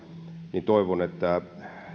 niin toivon että